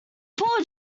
poor